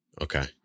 okay